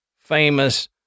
famous